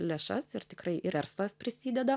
lėšas ir tikrai ir verslas prisideda